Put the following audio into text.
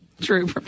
true